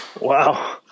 wow